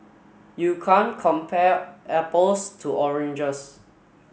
you can't compare apples to oranges